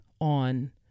on